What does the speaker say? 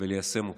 וליישם אותה.